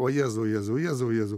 o jėzau jėzau jėzau jėzau